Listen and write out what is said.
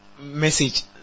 Message